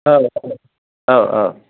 औ औ औ औ